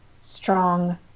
strong